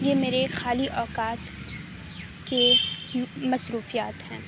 یہ میرے خالی اوقات کے مصروفیات ہیں